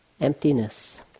emptiness